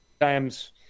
times